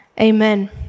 Amen